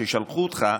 ששלחו אותך,